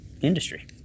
industry